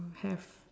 have